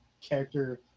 character